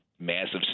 Massive